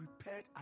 prepared